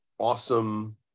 awesome